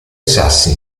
sassi